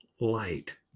light